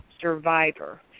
survivor